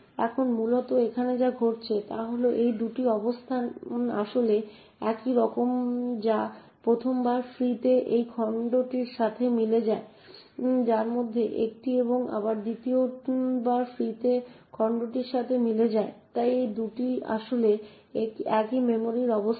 এখন মূলত এখানে যা ঘটছে তা হল এই দুটি অবস্থান আসলে একই রকম যা প্রথমবার ফ্রি তে এই খণ্ডটির সাথে মিলে যায় যার মধ্যে একটি এবং এটি আবার দ্বিতীয়বার ফ্রি তে খণ্ডটির সাথে মিলে যায় তাই এই দুটি আসলে একই মেমরি অবস্থান